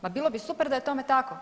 Pa bilo bi super da je tome tako.